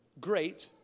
great